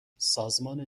سازمان